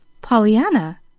Pollyanna